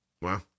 Wow